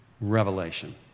revelation